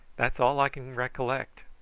that's all i can recollect.